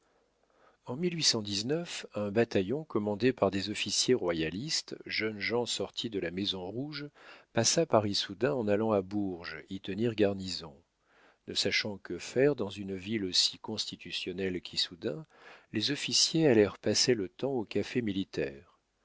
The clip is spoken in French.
en un bataillon commandé par des officiers royalistes jeunes gens sortis de la maison rouge passa par issoudun en allant à bourges y tenir garnison ne sachant que faire dans une ville aussi constitutionnelle qu'issoudun les officiers allèrent passer le temps au café militaire